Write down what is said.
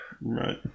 Right